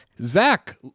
Zach